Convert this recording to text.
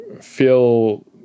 feel